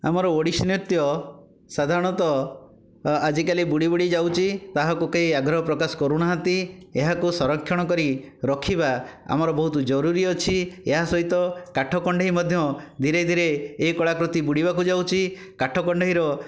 ଆମର ଓଡ଼ିଶୀ ନୃତ୍ୟ ସାଧାରଣତଃ ଆଜିକାଲି ବୁଡ଼ି ବୁଡ଼ି ଯାଉଛି ତାହାକୁ କେହି ଆଗ୍ରହ ପ୍ରକାଶ କରୁନାହାନ୍ତି ଏହାକୁ ସଂରକ୍ଷଣ କରି ରଖିବା ଆମର ବହୁତ ଜରୁରୀ ଅଛି ଏହା ସହିତ କାଠ କଣ୍ଢେଇ ମଧ୍ୟ ଧୀରେ ଧୀରେ ଏଇ କଳାକୃତି ବୁଡ଼ିବାକୁ ଯାଉଛି କାଠ କଣ୍ଢେଇର